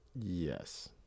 Yes